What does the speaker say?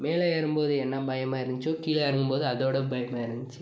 மேலே ஏறும்போது என்ன பயமாக இருந்துச்சோ கீழே இறங்கும்போது அதோட பயமாக இருந்துச்சி